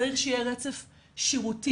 צריך שיהיה רצף שירותי,